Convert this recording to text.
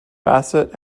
bassett